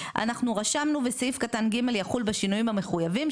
אנחנו רשמנו בסעיף קטן ג' יחול בשינויים המחויבים,